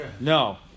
No